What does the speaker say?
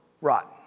rotten